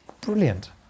Brilliant